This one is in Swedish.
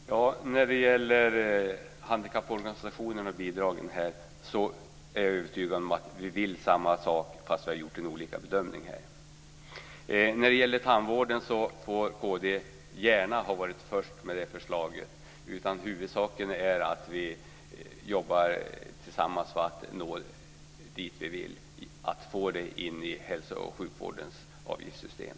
Fru talman! När det gäller bidragen till handikapporganisationerna är jag övertygad om att vi vill samma sak, även om vi har gjort olika bedömningar. När det gäller tandvården medger jag gärna att kd var först med förslaget. Huvudsaken är att vi jobbar tillsammans för att få in tandvården i hälso och sjukvårdens avgiftssystem.